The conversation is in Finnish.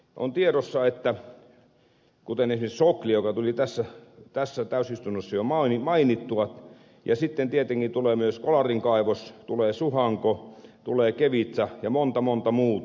on tiedossa kuten esimerkiksi sokli joka tuli tässä täysistunnossa jo mainittua ja sitten tietenkin tulee myös olarin kaivos tulee suhanko tulee kevitsa ja monta monta muuta